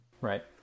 Right